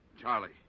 Charlie